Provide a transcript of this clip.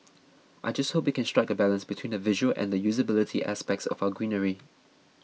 I just hope we can strike a balance between the visual and the usability aspects of our greenery